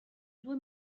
due